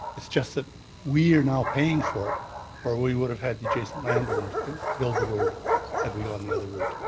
it's just that we are now paying for it where we would have had the adjacent landowners build the road had we gone the other route.